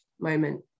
moment